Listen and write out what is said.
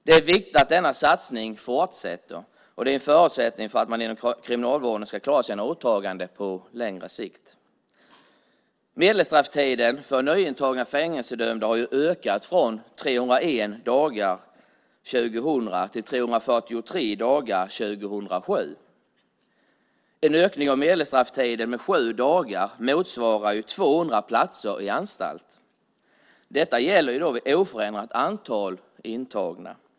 Det är viktigt att denna satsning fortsätter, och det är en förutsättning för att man inom kriminalvården ska klara sina åtaganden på längre sikt. Medelstrafftiden för nyintagna fängelsedömda har ökat från 301 dagar 2000 till 343 dagar 2007. En ökning av medelstrafftiden med sju dagar motsvarar 200 platser i anstalt. Detta gäller vid oförändrat antal intagna.